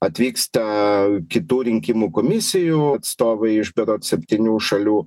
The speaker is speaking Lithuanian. atvyksta kitų rinkimų komisijų atstovai iš berods septynių šalių